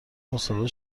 مصاحبه